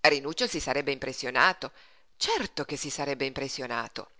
cosí rinuccio si sarebbe impressionato certo che si sarebbe impressionato